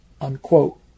Unquote